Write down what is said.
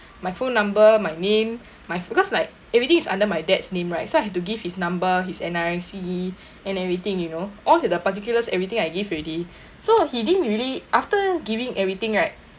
my phone number my name my because like everything is under my dad's name right so I have to give his number his N_R_I_C and everything you know all the particulars everything I give already so he didn't really after giving everything right